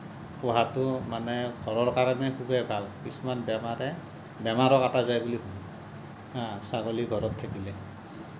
পোহাটো মানে ঘৰৰ কাৰণে খুবেই ভাল কিছুমান বেমাৰে বেমাৰো কাটা যায় বুলি শুনোঁ হা ছাগলী ঘৰত থাকিলে